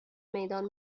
میدان